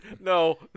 No